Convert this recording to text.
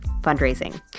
fundraising